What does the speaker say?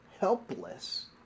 helpless